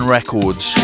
Records